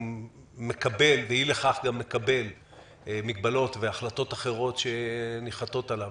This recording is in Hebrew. ואי לכך מקבל גם מגבלות והחלטות אחרות שניחתות עליו